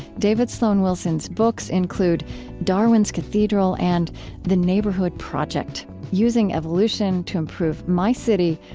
david sloan wilson's books include darwin's cathedral and the neighborhood project using evolution to improve my city,